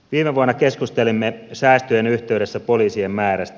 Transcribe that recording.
viime vuonna keskustelimme säästöjen yhteydessä poliisien määrästä